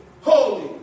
holy